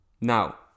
Now